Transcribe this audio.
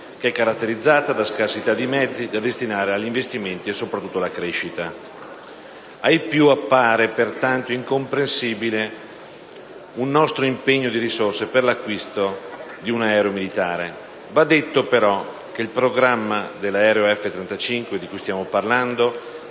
che è caratterizzata da scarsità di mezzi da destinare agli investimenti e soprattutto alla crescita. Ai più appare pertanto incomprensibile un nostro impegno di risorse per l'acquisto di un aereo militare. Va detto, però, che il programma dell'aereo F-35 di cui stiamo parlando,